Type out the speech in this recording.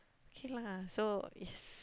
K lah so is